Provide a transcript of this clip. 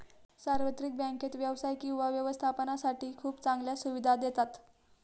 सार्वत्रिक बँकेत व्यवसाय किंवा व्यवस्थापनासाठी खूप चांगल्या सुविधा देतात